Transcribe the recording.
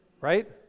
Right